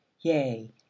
yea